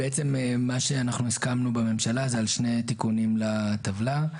אנחנו, בממשלה, הסכמנו על שני תיקונים לטבלה: